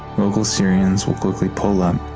local syrians will quickly pull up,